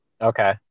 Okay